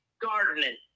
gardening